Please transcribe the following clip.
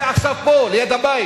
זה עכשיו פה, ליד הבית,